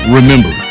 Remember